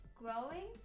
growing